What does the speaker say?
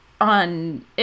on